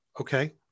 Okay